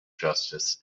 justice